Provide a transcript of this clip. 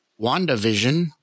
WandaVision